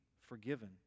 forgiven